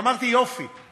אז אמרתי: יופי.